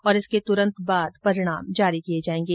और उसके तुरंत बाद परिणाम जारी किये जायेंगे